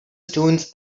stones